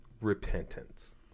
repentance